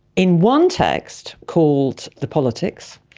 in one text called the politics,